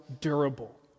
durable